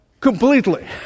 completely